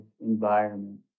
environment